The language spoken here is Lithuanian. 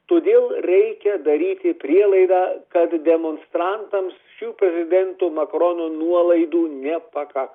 todėl reikia daryti prielaidą kad demonstrantams šių prezidento makarono nuolaidų nepakaks